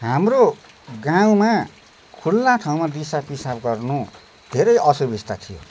हाम्रो गाउँमा खुल्ला ठाउँमा दिसापिसाब गर्नु धेरै असुविस्ता थियो